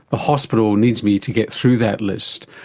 the hospital needs me to get through that list,